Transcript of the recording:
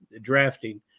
drafting